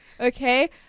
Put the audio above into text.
okay